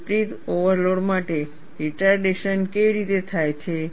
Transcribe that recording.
વિપરીત ઓવરલોડ માટે તે રિટારડેશન કેવી રીતે થાય છે